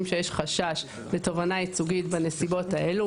שיש חשש לתובענה ייצוגית בנסיבות האלו.